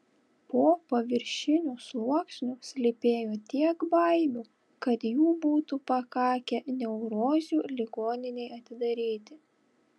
po paviršiniu sluoksniu slypėjo tiek baimių kad jų būtų pakakę neurozių ligoninei atidaryti